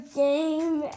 game